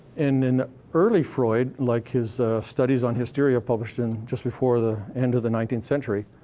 in early freud, like his studies on hysteria published in just before the end of the nineteenth century,